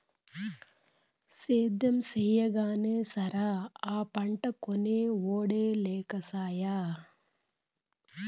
సేద్యం చెయ్యగానే సరా, ఆ పంటకొనే ఒడే లేకసాయే